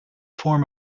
form